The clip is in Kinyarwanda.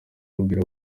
ambwira